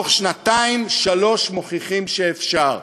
ובתוך שנתיים שלוש מוכיחים שאפשר.